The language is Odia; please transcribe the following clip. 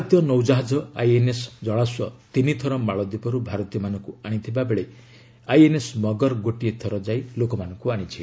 ଭାରତୀୟ ନୌ ଜାହାଜ ଆଇଏନ୍ଏସ୍ ଜଳାସ୍ୱ ତିନିଥର ମାଳଦୀପରୁ ଭାରତୀୟମାନଙ୍କୁ ଆଶିଥିବା ବେଳେ ଆଇଏନ୍ଏସ୍ ମଗର ଗୋଟିଏଥର ଯାଇ ଲୋକମାନଙ୍କୁ ଆଶିଛି